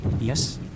yes